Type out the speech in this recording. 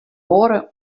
oare